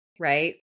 right